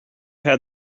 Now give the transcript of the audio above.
had